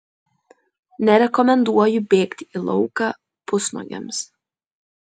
nerekomenduoju bėgti į lauką pusnuogiams